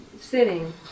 sitting